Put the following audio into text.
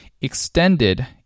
extended